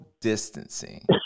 distancing